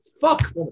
Fuck